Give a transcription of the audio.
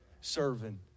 serving